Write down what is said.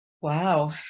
Wow